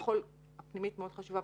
הפנימית מאוד חשובה,